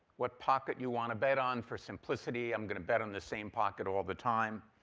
what pocket you want to bet on. for simplicity, i'm going to bet on this same pocket all the time.